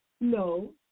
No